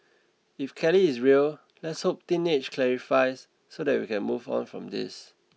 if Kelly is real let's hope teenage clarifies so that we can move on from this